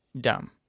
dumb